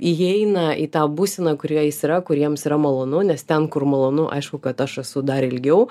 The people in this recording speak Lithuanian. įeina į tą būseną kurioje jis yra kuriems yra malonu nes ten kur malonu aišku kad aš esu dar ilgiau